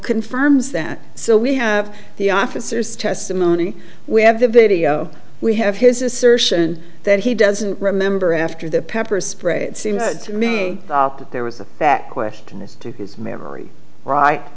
confirms that so we have the officers testimony we have the video we have his assertion that he doesn't remember after the pepper spray it seems to me that there was a back question this to his memory right